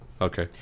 Okay